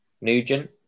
Nugent